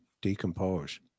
decompose